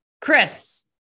Chris